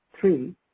three